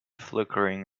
flickering